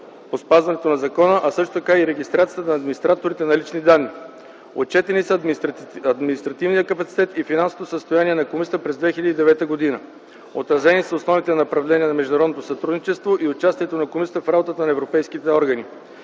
по спазването на закона, а така също и регистрацията на администраторите на лични данни. Отчетени са административният капацитет и финансовото състояние на комисията през 2009г. Отразени са основните направления на международното сътрудничество и участието на комисията в работата на европейските органи.